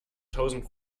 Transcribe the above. tausend